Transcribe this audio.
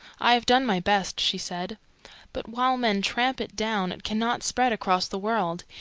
i have done my best, she said but while men tramp it down it cannot spread across the world.